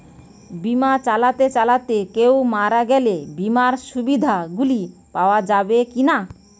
বিমা চালাতে চালাতে কেও মারা গেলে বিমার সুবিধা গুলি পাওয়া যাবে কি না?